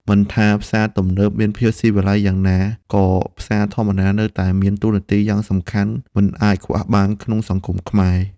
មិនថាផ្សារទំនើបមានភាពស៊ីវិល័យយ៉ាងណាក៏ផ្សារធម្មតានៅតែមានតួនាទីយ៉ាងសំខាន់មិនអាចខ្វះបានក្នុងសង្គមខ្មែរ។